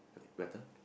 okay better